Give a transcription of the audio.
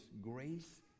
grace